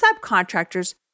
subcontractors